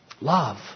Love